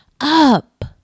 up